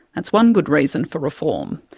that's one good reason for reform.